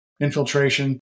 infiltration